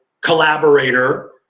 collaborator